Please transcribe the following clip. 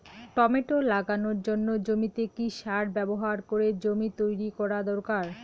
Tomato লাগানোর জন্য জমিতে কি সার ব্যবহার করে জমি তৈরি করা দরকার?